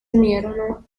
unirono